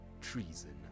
Treason